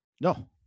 No